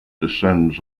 descends